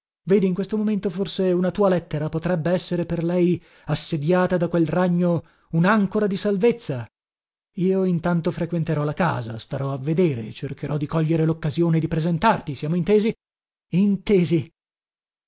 vedi in questo momento forse una tua lettera potrebbe essere per lei assediata da quel ragno unàncora di salvezza io intanto frequenterò la casa starò a vedere cercherò di cogliere loccasione di presentarti siamo intesi intesi